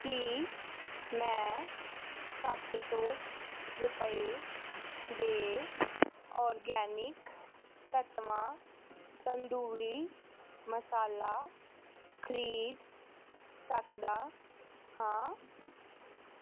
ਕੀ ਮੈਂ ਸੱਤ ਸੌ ਰੁਪਏ ਦੇ ਆਰਗੈਨਿਕ ਤੱਤਵਾ ਤੰਦੂਰੀ ਮਸਾਲਾ ਖਰੀਦ ਸਕਦਾ ਹਾਂ